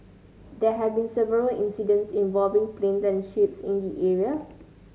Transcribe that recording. there have been several incidents involving planes and ships in the area